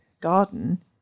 garden